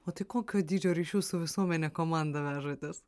o tai kokio dydžio ryšių su visuomene komandą vežatės